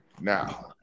Now